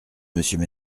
monsieur